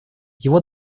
его